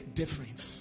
difference